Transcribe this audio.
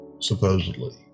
supposedly